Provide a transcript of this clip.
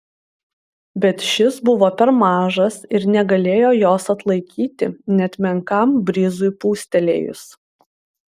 bet šis buvo per mažas ir negalėjo jos atlaikyti net menkam brizui pūstelėjus